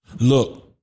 Look